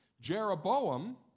Jeroboam